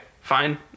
Fine